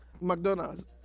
McDonald's